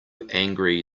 angry